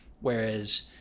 whereas